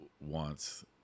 wants